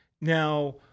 Now